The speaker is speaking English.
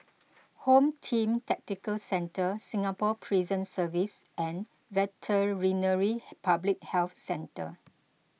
Home Team Tactical Centre Singapore Prison Service and Veterinary Public Health Centre